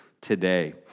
today